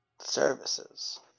Services